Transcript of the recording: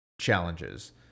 challenges